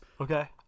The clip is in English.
Okay